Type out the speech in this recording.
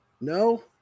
no